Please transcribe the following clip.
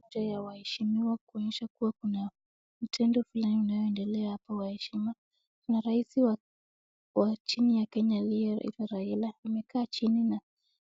Picha ya waheshimiwa kuonyesha kuwa kuna mtendo fulani unayoendelea hapa. Waheshimiwa, kuna rais wa chini ya Kenya aliyeitwa Raila, amekaa chini na